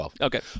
Okay